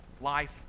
life